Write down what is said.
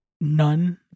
none